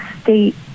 state